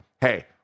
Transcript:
hey